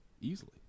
Easily